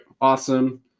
awesome